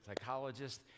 psychologists